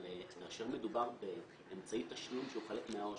אבל כאשר מדובר באמצעי תשלום שהוא חלק מהעו"ש,